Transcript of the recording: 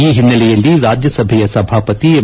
ಈ ಹಿನ್ನೆಲೆಯಲ್ಲಿ ರಾಜ್ಯಸಭೆಯ ಸಭಾಪತಿ ಎಂ